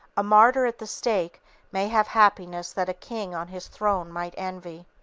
a martyr at the stake may have happiness that a king on his throne might envy.